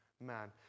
man